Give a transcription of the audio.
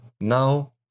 Now